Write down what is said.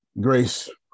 Grace